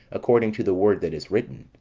according to the word that is written